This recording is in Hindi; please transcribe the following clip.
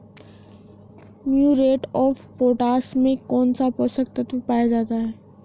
म्यूरेट ऑफ पोटाश में कौन सा पोषक तत्व पाया जाता है?